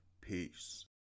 Peace